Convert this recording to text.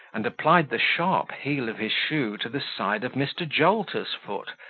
and applied the sharp heel of his shoe to the side of mr. jolter's foot,